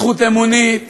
זכות אמונית.